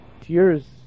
Tears